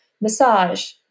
massage